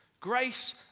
Grace